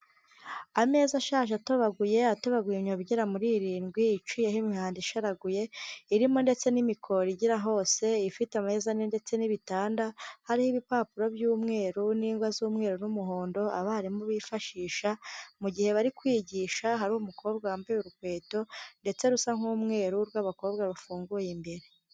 Ameza ashaje atobaguye, atobaguye imyobo igera muri irindwi, iciyeho imihanda isharaguye irimo ndetse n'imikori igera hose ifite ameza ane, ndetse n'ibitanda hariho ibipapuro by'umweru, n'ingwa z'umweru n'umuhondo, abarimu bifashisha mu gihe bari kwigisha, hari umukobwa wambaye urukweto, ndetse rusa nk'umweru rw'abakobwa rufunguye imbere.